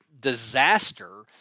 disaster